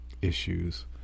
Issues